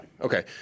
Okay